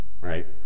right